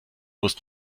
musst